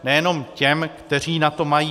Nejenom těm, kteří na to mají.